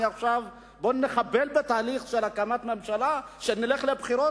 בוא נחבל בתהליך של הקמת ממשלה כדי שנלך לבחירות,